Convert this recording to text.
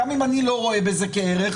גם אם אני לא רואה בזה כערך.